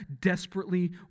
desperately